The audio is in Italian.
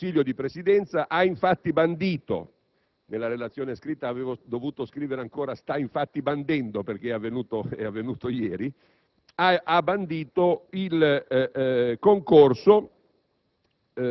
il Consiglio di Presidenza ha infatti bandito - nella relazione scritta avevo dovuto scrivere ancora «sta infatti bandendo» perché il bando è stato pubblicato ieri - il concorso